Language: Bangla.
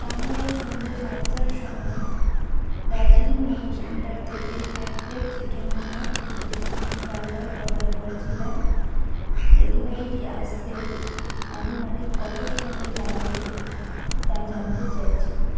আমি আজ সন্ধ্যে সাতটার সময় দার্জিলিং মোমো সেন্টার থেকে এক প্লেট চিকেন মোমো ও দুটি চিকেন বার্গার অর্ডার করেছিলাম ডেলিভারিটি আসতে আনুমানিক কত সময় লাগবে তা জানতে চাইছি